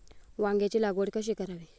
वांग्यांची लागवड कशी करावी?